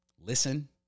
listen